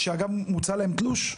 שאגב, מוצא להם תלוש?